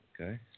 Okay